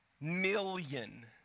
million